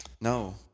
No